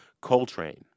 Coltrane